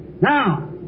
Now